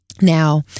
Now